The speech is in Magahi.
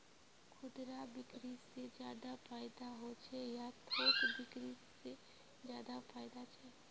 खुदरा बिक्री से ज्यादा फायदा होचे या थोक बिक्री से ज्यादा फायदा छे?